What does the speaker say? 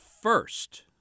first